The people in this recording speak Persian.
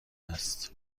است